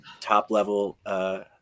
top-level